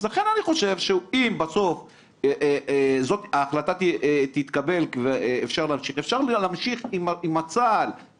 לכן אני חושב שאם בסוף ההחלטה תתקבל אפשר להמשיך עם צה"ל,